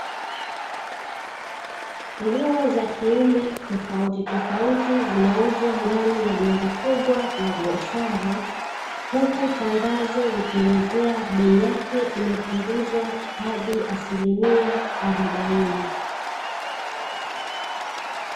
Nguo za kiume tofautitofauti zinauzwa ndani ya jengo kubwa la biashara huku tangazo likielezea bei yake imepunguzwa hadi asilimia arobaini.